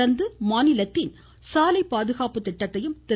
தொடர்ந்து மாநிலத்தின் சாலை பாதுகாப்பு திட்டத்தையும் திரு